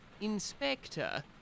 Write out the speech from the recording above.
Inspector